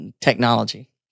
technology